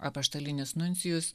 apaštalinis nuncijus